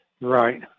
Right